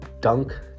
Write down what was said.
dunk